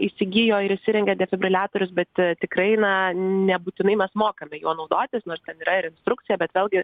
įsigijo ir įsirengė defibriliatorius bet tikrai na nebūtinai mes mokame juo naudotis nors ten yra ir instrukcija bet vėlgi